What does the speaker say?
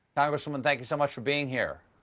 congresswoman, thank you so much for being here.